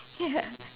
yeah